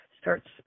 starts